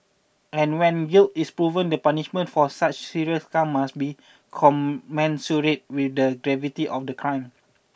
and when guilt is proven the punishment for such serious crimes must be commensurate with the gravity of the crime